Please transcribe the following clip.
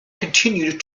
continued